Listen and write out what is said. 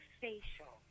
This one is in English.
facial